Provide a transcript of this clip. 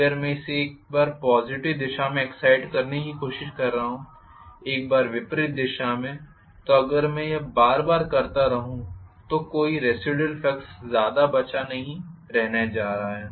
अगर मैं इसे एक बार पॉज़िटिव दिशा में एक्साइट करने की कोशिश कर रहा हूं एक बार विपरीत दिशा में तो अगर मैं यह बार बार करता रहूं तो कोई रेसिडुयल फ्लक्स ज़्यादा बचा हुआ नहीं रहने जा रहा है